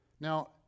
Now